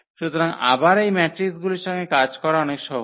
সুতরাং আবার এই ম্যাট্রিকগুলির সঙ্গে কাজ করা অনেক সহজ